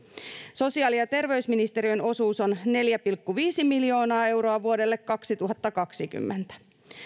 sosiaali ja terveysministeriön osuus on neljä pilkku viisi miljoonaa euroa vuodelle kaksituhattakaksikymmentä